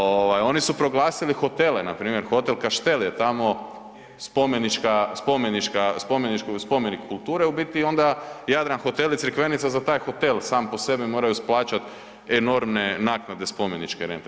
Ovaj, oni su proglasili hotele, npr. hotel Kaštel je tamo, spomenička, spomenička, spomenik kulture u biti i onda Jadran hoteli, Crikvenica, za taj hotel sam po sebi moraju plaćati enormne naknade spomeničke rente.